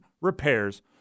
repairs